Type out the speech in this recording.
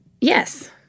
Yes